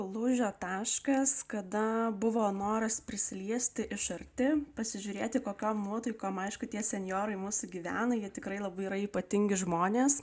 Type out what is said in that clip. lūžio taškas kada buvo noras prisiliesti iš arti pasižiūrėti kokios nuotaikos aišku tie senjorai mūsų gyvena jie tikrai labai yra ypatingi žmonės